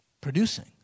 producing